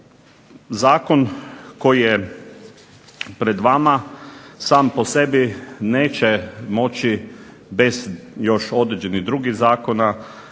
Zakon koji je pred vama sam po sebi neće moći bez još određenih drugih zakona